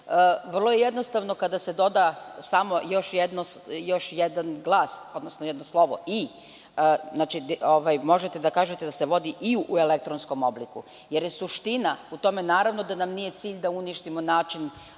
vrlo je jednostavno kada se doda samo još jedan glas, odnosno još jedno slovo „i“. Možete da kažete da se vodi i u elektronskom obliku. Naravno da nam nije cilj da uništimo način